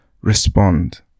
respond